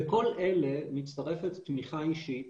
לכל אלה מצטרפת תמיכה אישית